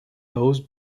those